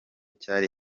cyari